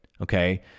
okay